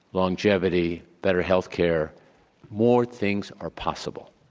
longevity, better health care more things are possible.